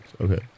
okay